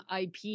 ip